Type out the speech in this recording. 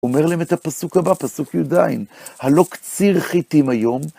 אומר להם את הפסוק הבא, פסוק י"ע, הלא קציר חיתים היום.